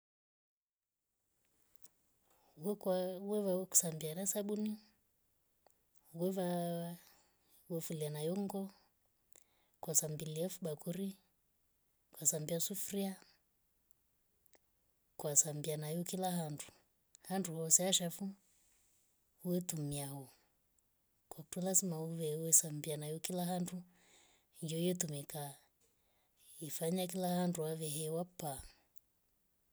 Wukwa wewau kusambya na sabuni. wevawawa ufulia nayo nguo kwa saa sa mbuliafu bakuri. lwasambiya sufuria. kwasambiya nayo kila handu. handu hoseshafu wetumia ho kwatulu lazima uweuwe sambia nayo kila handu. ndo hiyo tumika ifanya kila handu wavene wapa